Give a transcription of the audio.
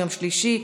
יום שלישי,